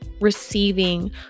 receiving